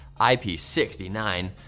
IP69